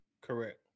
Correct